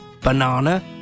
Banana